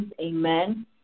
amen